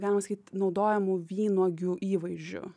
galima sakyt naudojamu vynuogių įvaizdžiu